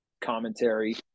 commentary